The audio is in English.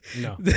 No